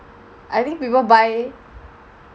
I think people buy